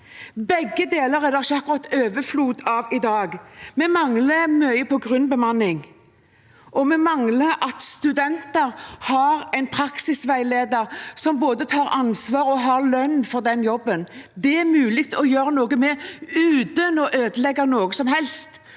Begge deler er det ikke akkurat overflod av i dag. Vi mangler mye på grunnbemanning, og vi mangler at studentene har en praksisveileder som både tar ansvar og får lønn for den jobben. Det er det mulig å gjøre noe med uten å ødelegge noe som helst